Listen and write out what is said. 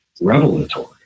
revelatory